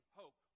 hope